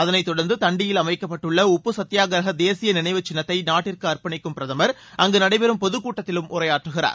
அதனைத் தொடர்ந்து தண்டியில் அமைக்கப்பட்டுள்ள உப்பு சத்தியாகிரக தேசிய நினைவு சின்னத்தை நாட்டிற்கு அர்ப்பணிக்கும் பிரதமர் அங்கு நடைபெறும் பொதுக்கூட்டத்திலும் உரையாற்றுகிறார்